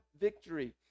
victory